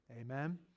Amen